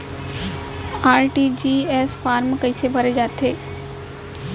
RTGS form कइसे भरे जाथे?